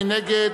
מי נגד?